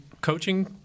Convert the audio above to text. coaching